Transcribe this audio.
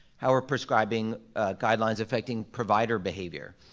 how are prescribing guidelines affecting provider behavior?